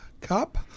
Cup